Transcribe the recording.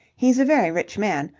he's a very rich man.